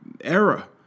era